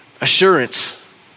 assurance